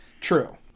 True